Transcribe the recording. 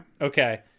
Okay